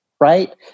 right